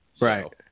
Right